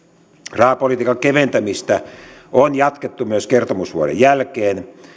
rahapolitiikan keventämistä on jatkettu myös kertomusvuoden jälkeen